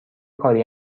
کاری